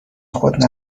خود